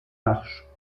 arches